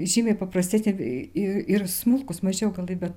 žymiai paprastesnė i i ir smulkus maži augai bet